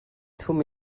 thum